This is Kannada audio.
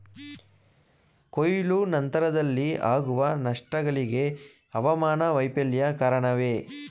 ಕೊಯ್ಲು ನಂತರದಲ್ಲಿ ಆಗುವ ನಷ್ಟಗಳಿಗೆ ಹವಾಮಾನ ವೈಫಲ್ಯ ಕಾರಣವೇ?